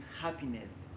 happiness